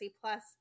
Plus